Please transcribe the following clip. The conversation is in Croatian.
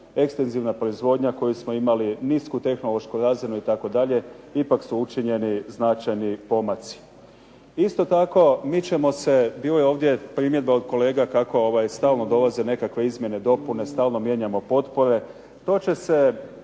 ekstenzivna proizvodnja koju smo imali, nisku tehnološku razinu itd. Ipak su učinjeni značajni pomaci. Isto tako, mi ćemo se, bilo je ovdje primjedbi od kolega kako stalno dolaze nekakve izmjene, dopune, stalno mijenjamo potpore. To će se